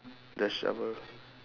the shovel